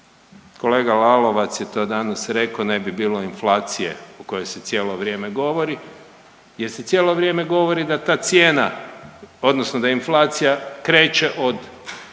Kolega Lalovac je to danas rekao ne bi bilo inflacije o kojoj se cijelo vrijeme govori jer se cijelo vrijeme govori da ta cijena odnosno da inflacija kreće od